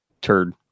turd